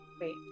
Wait